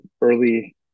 early